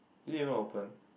it didn't even open